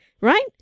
Right